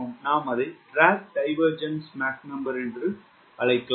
நாம் அதை drag divergence Mach எண் என்று அழைப்போம்